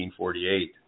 1948